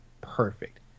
perfect